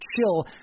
chill